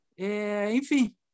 enfim